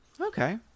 Okay